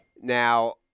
Now